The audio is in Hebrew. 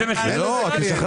אי אפשר